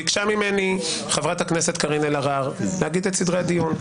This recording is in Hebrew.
ביקשה ממני חברת הכנסת קארין אלהרר להגיד את סדרי הדיון.